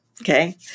Okay